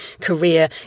career